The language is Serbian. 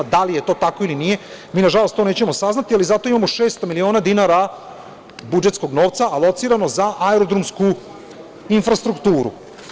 Da li je to tako ili nije, mi nažlost to nećemo saznati, ali zato imamo 600 miliona dinara budžetskog novca alocirano za aerodromsku infrastrukturu.